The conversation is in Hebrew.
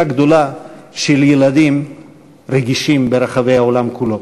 גדולה של ילדים רגישים ברחבי העולם כולו.